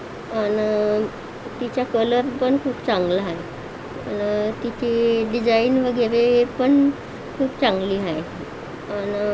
आणि तिचा कलरपण खूप चांगला आहे तिची डिझाईन वगैरे पण खूप चांगली आहे आणि